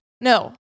No